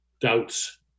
doubts